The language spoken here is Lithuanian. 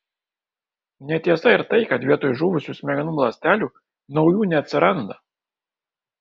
netiesa ir tai kad vietoj žuvusių smegenų ląstelių naujų neatsiranda